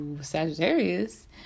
Sagittarius